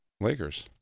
Lakers